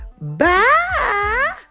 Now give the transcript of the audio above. Bye